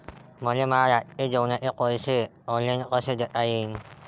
मले माया रातचे जेवाचे पैसे ऑनलाईन कसे देता येईन?